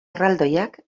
erraldoiak